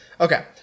Okay